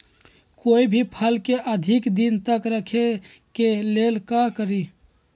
कोई भी फल के अधिक दिन तक रखे के लेल का करी?